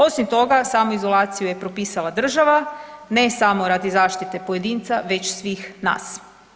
Osim toga, samoizolaciju je propisala država, ne samo radi zaštite pojedinca već svih nas.